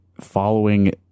following